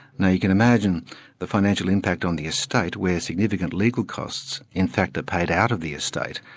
now you can imagine the financial impact on the estate where significant legal costs in fact are paid out of the estate,